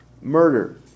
murder